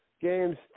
Games